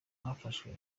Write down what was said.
hafashwe